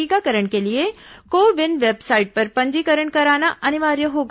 टीकाकरण के लिए को विन वेबसाइट पर पंजीकरण कराना अनिवार्य होगा